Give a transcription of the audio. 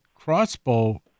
crossbow